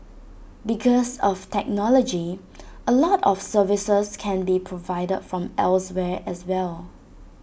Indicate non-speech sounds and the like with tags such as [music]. because of technology [noise] A lot of services can be provided from elsewhere as well